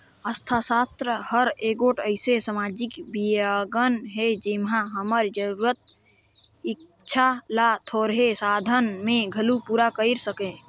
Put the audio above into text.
अर्थसास्त्र हर एगोट अइसे समाजिक बिग्यान हे जेम्हां हमर जरूरत, इक्छा ल थोरहें साधन में घलो पूरा कइर सके